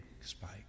spike